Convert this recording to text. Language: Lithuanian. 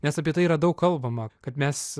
nes apie tai yra daug kalbama kad mes